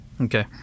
okay